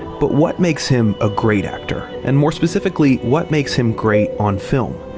but what makes him a great actor? and more specifically, what makes him great on film?